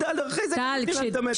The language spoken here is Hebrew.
אחרי זה גם נותנים להם את המטרו.